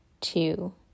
Two